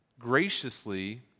Graciously